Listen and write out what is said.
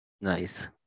Nice